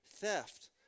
Theft